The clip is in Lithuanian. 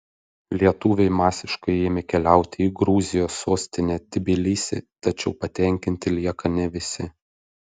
lietuviai masiškai ėmė keliauti į gruzijos sostinę tbilisį tačiau patenkinti lieka ne visi